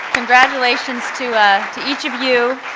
congratulations to ah to each of you.